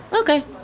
Okay